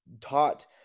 taught